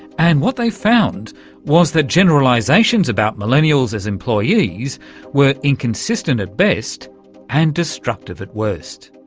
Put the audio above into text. and what they found was that generalisations about millennials as employees were inconsistent at best and destructive at worst.